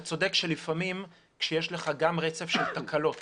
אתה צודק שלפעמים כשיש לך גם רצף של תקלות